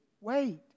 wait